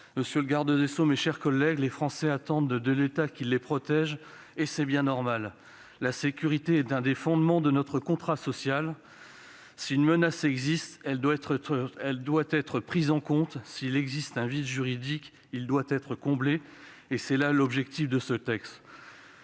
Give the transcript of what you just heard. Monsieur le garde des sceaux, mes chers collègues, les Français attendent de l'État qu'il les protège et c'est bien normal. La sécurité est l'un des fondements de notre contrat social. Si une menace existe, elle doit être prise en compte ; s'il existe un vide juridique, il doit être comblé. Tel est l'objectif de ce texte.